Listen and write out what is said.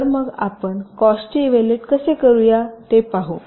तर मग आपण कॉस्टचे इव्हॅल्युएट कसे करूया ते पाहू